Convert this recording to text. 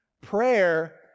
Prayer